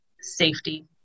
safety